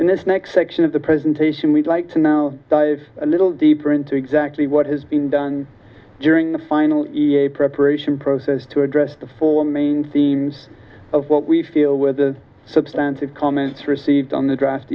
and this next section of the presentation we'd like to now dive a little deeper into exactly what has been done during the final preparation process to address the four main themes of what we feel were the substantive comments received on the draft